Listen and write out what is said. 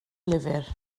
lyfr